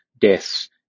deaths